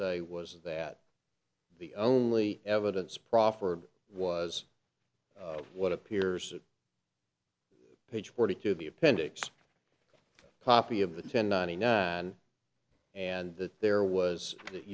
say was that the only evidence proffered was what appears page forty two of the appendix copy of the ten ninety nine and that there was that